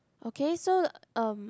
okay so um